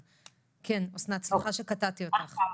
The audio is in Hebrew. אסנת, סליחה שקטעתי אותך.